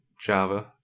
Java